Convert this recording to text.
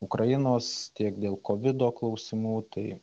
ukrainos tiek dėl kovido klausimų tai